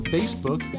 Facebook